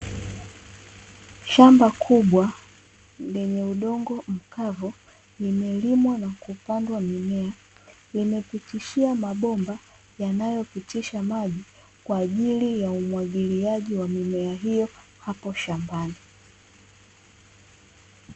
Shamba kubwa lenye udongo mkavu limelimwa na kupandwa mimea, limepitishia mabomba yanayopitisha maji kwa ajili ya umwagiliaji wa mimea hiyo hapo shambani.